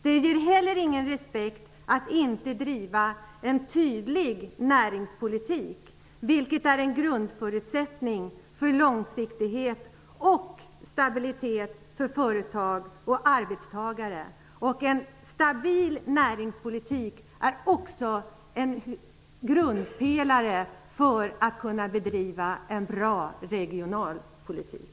Det inger heller ingen respekt att inte driva en tydlig näringspolitik, vilket är en grundförutsättning för långsiktighet och stabilitet för företag och arbetstagare. En stabil näringspolitik är också en grundpelare för att kunna bedriva en bra regionalpolitik.